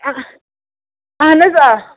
اَہَن حظ آ